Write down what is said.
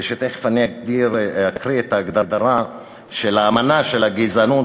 ותכף אקריא את ההגדרה של אמנת הגזענות,